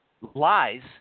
lies